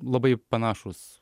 labai panašūs